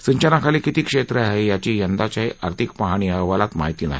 सिंचनाखाली किती क्षेत्र आहे याची यंदाच्याही आर्थिक पाहणी अहवालात माहिती नाही